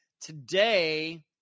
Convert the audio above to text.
today